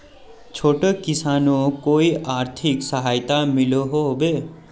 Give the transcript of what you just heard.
छोटो किसानोक कोई आर्थिक सहायता मिलोहो होबे?